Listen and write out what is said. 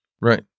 right